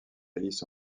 alice